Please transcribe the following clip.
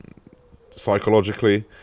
psychologically